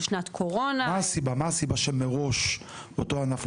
זו שנת קורונה --- מה הסיבה שמראש אותו ענף,